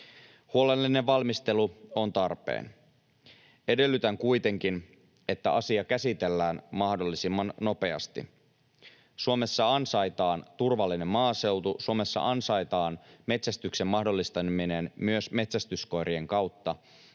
Huolellinen valmistelu on tarpeen. Edellytän kuitenkin, että asia käsitellään mahdollisimman nopeasti. Suomessa ansaitaan turvallinen maaseutu. Suomessa ansaitaan metsästyksen mahdollistaminen myös metsästyskoirien kautta.